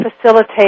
facilitate